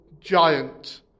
giant